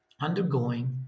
undergoing